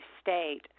state